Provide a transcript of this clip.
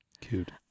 Cute